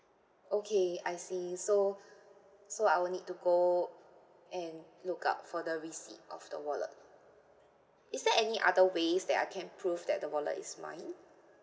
okay I see so so I will need to go and look out for the receipt of the wallet is there any other ways that I can prove that the wallet is mine